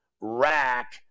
rack